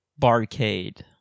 barcade